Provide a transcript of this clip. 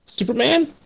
Superman